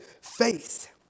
faith